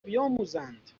بیاموزند